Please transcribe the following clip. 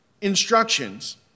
instructions